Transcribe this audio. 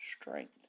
strength